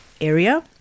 area